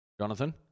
Jonathan